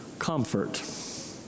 comfort